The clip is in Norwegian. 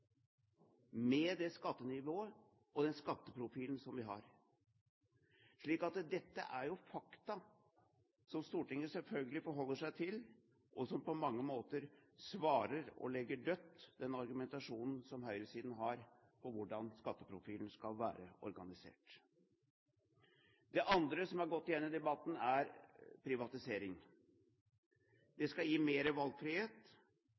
med det skattenivået og den skatteprofilen som vi har. Dette er jo fakta, som Stortinget selvfølgelig forholder seg til, og som på mange måter svarer på og legger død den argumentasjonen som høyresiden har for hvordan skatteprofilen skal være organisert. Det andre som har gått igjen i debatten, er privatisering. Det skal gi mer valgfrihet,